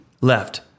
left